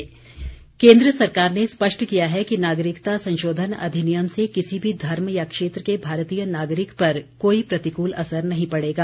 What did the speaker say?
appeal केन्द्र सरकार ने स्पष्ट किया है कि नागरिकता संशोधन अधिनियम से किसी भी धर्म या क्षेत्र के भारतीय नागरिक पर कोई प्रतिकूल असर नहीं पड़ेगा